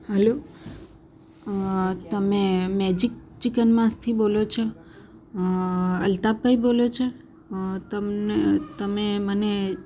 hello અ તમે magic ચિકનમાંથી બોલો છો અલ્તાફભાઈ બોલો છો તમને તમે મને